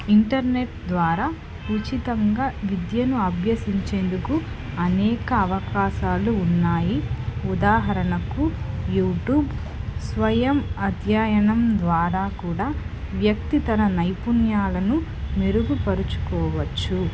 internet ద్వారా ఉచితంగా విద్యను అభ్యసించేందుకు అనేక అవకాశాలు ఉన్నాయి ఉదాహరణకు యూట్యూబ్ స్వయం అధ్యయనం ద్వారా కూడా వ్యక్తి తన నైపుణ్యాలను మెరుగుపరుచుకోవచ్చు